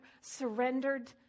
surrendered